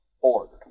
order